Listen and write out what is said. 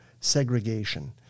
segregation